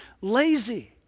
lazy